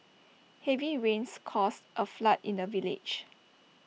heavy rains caused A flood in the village